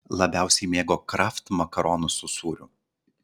labiausiai mėgo kraft makaronus su sūriu